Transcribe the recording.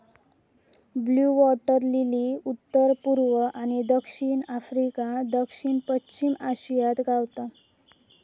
blue water lily उत्तर पुर्वी आणि दक्षिण आफ्रिका, दक्षिण पश्चिम आशियात गावता